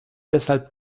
deshalb